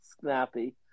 snappy